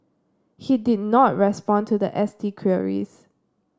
he did not respond to the S T queries